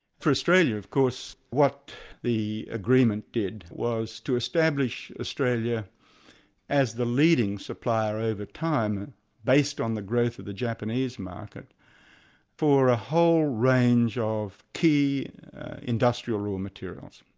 for australia of course, what the agreement did was to establish australia as the leading supplier over time based on the growth of the japanese market for a whole range of key industrial raw materials.